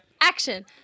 Action